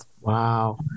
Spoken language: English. Wow